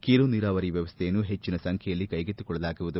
ಕಿರು ನೀರಾವರಿ ವ್ಯವಸ್ಥೆಯನ್ನು ಪೆಚ್ಚಿನ ಸಂಖ್ಯೆಯಲ್ಲಿ ಕೈಗೆತ್ತಿಕೊಳ್ಳಲಾಗುವುದು